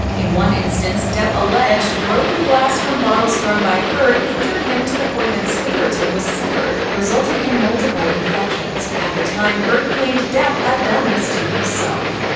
in one instance, depp alleged, broken glass from bottles thrown by heard injured him to the point that his fingertip was severed, resulting in multiple infections. at the time, heard claimed depp had done this to himself.